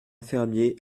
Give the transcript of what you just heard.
fermier